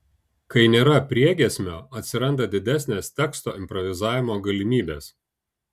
kai nėra priegiesmio atsiranda didesnės teksto improvizavimo galimybės